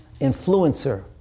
influencer